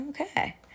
Okay